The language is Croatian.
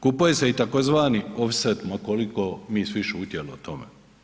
Kupuje se i tzv. offset ma koliko mi svi šutjeli o tome.